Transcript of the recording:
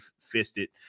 fisted